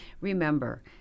Remember